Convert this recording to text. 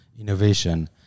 innovation